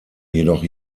jedoch